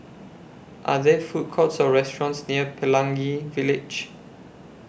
Are There Food Courts Or restaurants near Pelangi Village